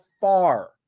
far